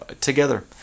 together